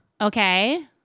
Okay